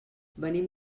venim